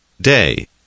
day